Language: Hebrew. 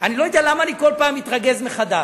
אני לא יודע למה אני מתרגז כל פעם מחדש,